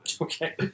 Okay